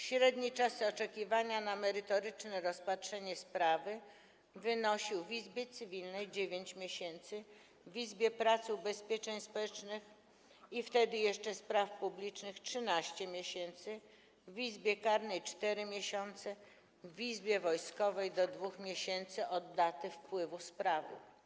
Średni czas oczekiwania na merytoryczne rozpatrzenie sprawy wynosił: w Izbie Cywilnej - 9 miesięcy, w Izbie Pracy, Ubezpieczeń Społecznych i - wtedy jeszcze - Spraw Publicznych - 13 miesięcy, w Izbie Karnej - 4 miesiące, w Izbie Wojskowej - do 2 miesięcy od daty wpływu sprawy.